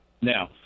Now